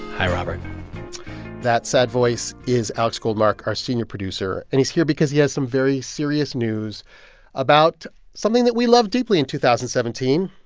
hi, robert that sad voice is alex goldmark, our senior producer. and he's here because he has some very serious news about something that we love deeply in two thousand and seventeen,